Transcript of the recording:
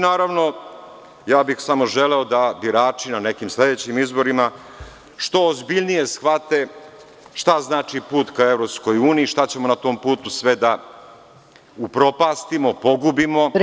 Naravno, ja bih samo želeo da birači na nekim sledećim izborima što ozbiljnije shvate šta znači put ka EU, šta ćemo na tom putu sve da upropastimo, pogubimo.